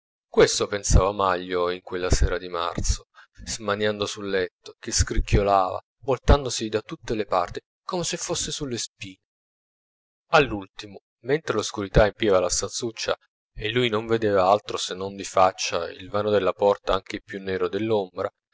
questo pensava manlio in quella sera di marzo smaniando sul letto che scricchiolava voltandosi da tutte le parti come se fosse sulle spine all'ultimo mentre l'oscurità empiva la stanzuccia e lui non vedeva altro se non di faccia il vano della porta anche più nero dell'ombra